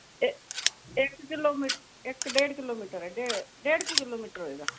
ਇਕ ਕਿਲੋਮੀਟਰ ਇੱਕ ਡੇਢ ਕਿਲੋਮੀਟਰ ਐ ਡੇਢ ਕ ਕਿਲੋਮੀਟਰ ਹੋਏਗਾ